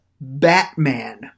Batman